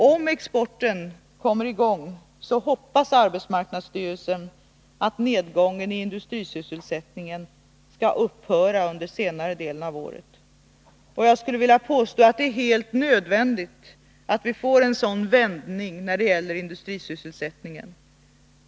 Om exporten kommer i gång hoppas arbetsmarknadsstyrelsen att nedgången i den totala industrisysselsättningen skall upphöra under senare delen av året. Jag skulle vilja påstå att det är helt nödvändigt att vi får en vändning när det gäller industrisysselsättningen.